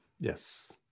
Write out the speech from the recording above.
Yes